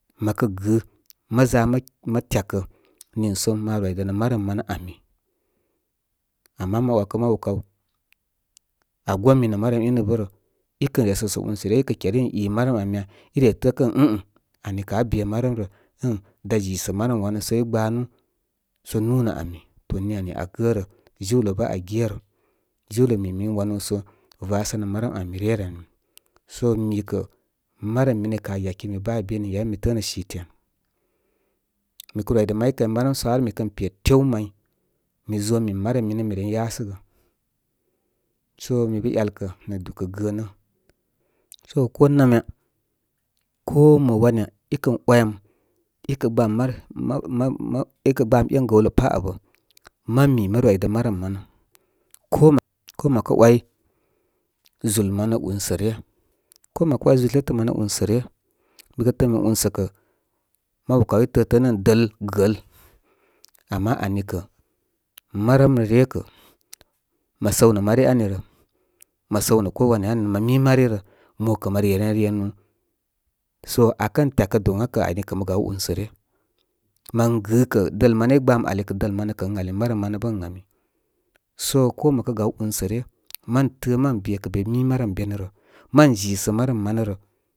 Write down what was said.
Məkə gɨ mə za mə, mə tyakə niisə mə rwidənə marəm manə ani. Ama mən ‘wakə mabu kaw, aa gomi nə marəm inə bə rə. I kən resəsə únsə ryə ikə keri ən i ma rəm ami ya? I re təə kə ən mh mh anni kə aa be marəm rə ən dá zisə marəm wanə sə i gbanu sə núnə ami. Ni ani aa gərə. Jiwlə bə aa gerə. Jiwlə mi min wanúú sə vasənəm marəm ami ryə rə ani. So mikə marəm minə kə aa yakimi bə aa bé ni yabə mi təə nə site ani. Mikə rwidə mari kay marəm sə ha mi kən pe tew may, mi zo min marəm minə mi ren yasəgə, so mi bə ‘yalkə nə dukə gəənə. So ko namya ko mo wan ya i kən ‘wayəm. Ikə gbam mə mə mərə mə ikə gbam én gəw lə pá abə mə mi mə rwidə marəm manə ko mə, ko mə kə ‘way zúl manə únsə ryə. Ko məkə ‘way zúl tetə manə únsə ryə. Mikə təə min únsə kə mabu kawi təə ən dəl gəəl. Ama ani kə marəm rə ryə kə, mə səw nə ko wanya ani rə, mə mi mari rə. Mokə mə reren re núú. So akən tyakə kə doŋakə ani kə mə gaw únsə ryə. Man gɨ kə dəl manə i gbamkə ən ali marəm manə bə ən ami. So ko mə kə gaw únsə ryə, mən təə mən be kə be mi marəm be nə rə. Mən zisə marəm manə rə.